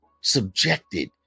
Subjected